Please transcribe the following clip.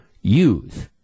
use